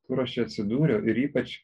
kur aš čia atsidūriau ir ypač